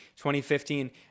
2015